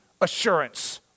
assurance